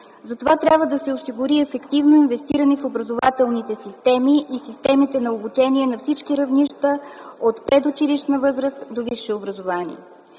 Затова трябва да се осигури ефективно инвестиране в образователните системи и системите за обучение на всички равнища от предучилищна възраст до висше образование.